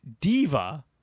Diva